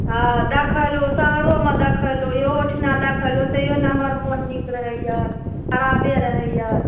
हँ देखैलहुँ शहरोमे देखैलहुँ ओहोठिना देखेलहुँ तैयो नहि हमर मन नीक रहैअनि खराबे रहैअनि